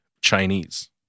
Chinese